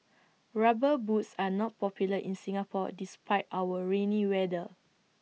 rubber boots are not popular in Singapore despite our rainy weather